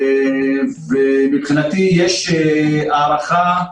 מבחינתי יש הערכה,